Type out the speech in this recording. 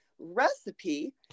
recipe